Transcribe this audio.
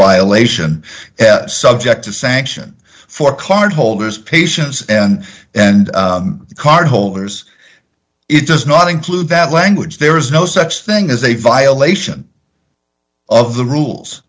violation subject to sanction for cardholders patients and and card holders it does not include that language there is no such thing as a violation of the rules